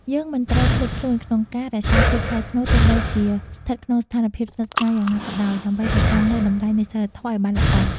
យើងមិនត្រូវភ្លេចខ្លួនក្នុងការរក្សាភាពថ្លៃថ្នូរទោះបីជាស្ថិតក្នុងស្ថានភាពស្និទ្ធស្នាលយ៉ាងណាក៏ដោយ ដើម្បី រក្សានូវតម្លៃនៃសីលធម៌ឱ្យបានល្អ។